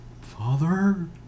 Father